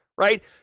right